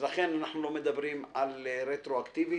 לכן אנחנו לא מדברים על רטרואקטיבי.